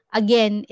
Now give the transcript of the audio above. again